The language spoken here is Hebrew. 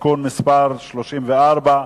(תיקון מס' 34),